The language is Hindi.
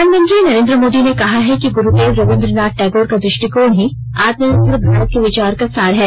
प्रधानमंत्री नरेंद्र मोदी ने कहा है कि गुरुदेव रवीन्द्रनाथ टैगोर का दृष्टिकोण ही आत्मनिर्भर भारत के विचार का सार है